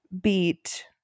beat